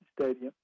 Stadium